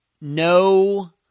no